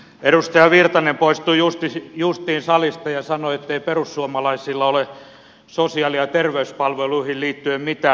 edustaja erkki virtanen poistui justiin salista ja sanoi ettei perussuomalaisilla ole sosiaali ja terveyspalveluihin liittyen mitään